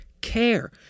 care